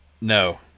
no